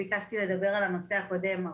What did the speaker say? ביקשתי לדבר על הנושא הקודם.